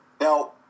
Now